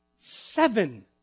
seven